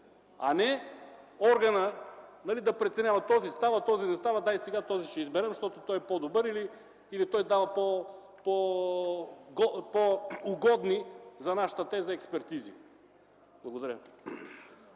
а не органът да преценява – този става, този не става, дай сега този ще изберем, защото той е по-добър или той дава по-угодни за нашата теза експертизи. Благодаря.